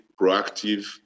proactive